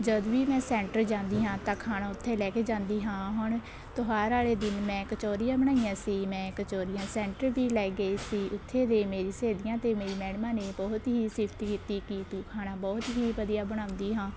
ਜਦ ਵੀ ਮੈਂ ਸੈਂਟਰ ਜਾਂਦੀ ਹਾਂ ਤਾਂ ਖਾਣ ਉੱਥੇ ਲੈ ਕੇ ਜਾਂਦੀ ਹਾਂ ਹੁਣ ਤਿਉਹਾਰ ਵਾਲੇ ਦਿਨ ਮੈਂ ਕਚੋਰੀਆਂ ਬਣਾਈਆਂ ਸੀ ਮੈਂ ਕਚੋਰੀਆਂ ਸੈਂਟਰ ਵੀ ਲੈ ਗਈ ਸੀ ਉੱਥੇ ਦੇ ਮੇਰੀ ਸਹੇਲੀਆਂ ਅਤੇ ਮੇਰੀ ਮੈਡਮਾਂ ਨੇ ਬਹੁਤ ਹੀ ਸਿਫਤ ਕੀਤੀ ਕਿ ਤੂੰ ਖਾਣਾ ਬਹੁਤ ਹੀ ਵਧੀਆ ਬਣਾਉਂਦੀ ਹਾਂ